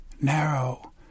narrow